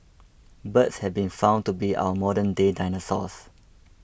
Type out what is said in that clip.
birds have been found to be our modernday dinosaurs